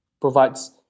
provides